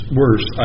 worse